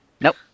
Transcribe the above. Nope